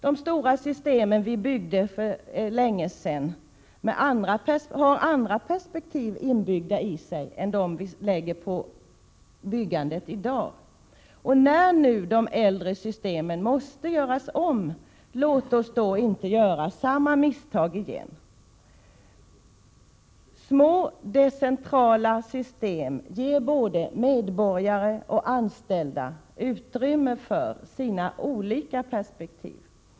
De stora system som byggdes för länge sedan hade andra perspektiv än dem som läggs på byggandet i dag. När nu de äldre systemen måste göras om, låt oss då inte begå samma misstag igen! Små, decentrala system ger medborgare och anställda utrymme för sina olika perspektiv.